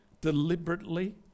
deliberately